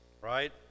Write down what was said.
right